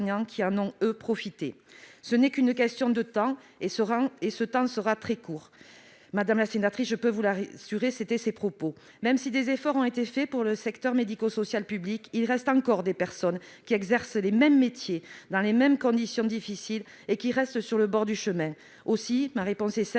madame la sénatrice, je peux vous l'assurer. » Tels étaient ses propos.